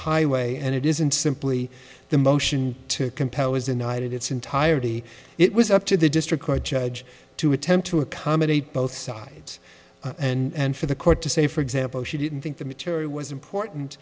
highway and it isn't simply the motion to compel is denied its entirety it was up to the district court judge to attempt to accommodate both sides and for the court to say for example she didn't think the material was important